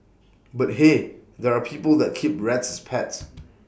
but hey there are people that keep rats as pets